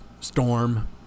storm